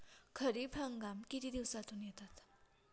खरीप हंगाम किती दिवसातून येतात?